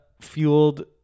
fueled